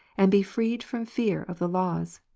and be freed from fear of the laws,